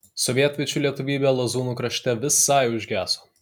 sovietmečiu lietuvybė lazūnų krašte visai užgeso